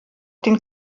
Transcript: den